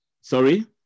Sorry